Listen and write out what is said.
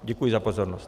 Děkuji za pozornost.